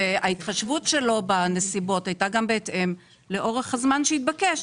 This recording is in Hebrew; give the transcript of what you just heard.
ההתחשבות שלו בנסיבות הייתה גם בהתאם לאורך הזמן שהתבקש.